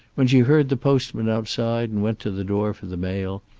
when she heard the postman outside and went to the door for the mail,